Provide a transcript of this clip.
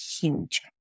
huge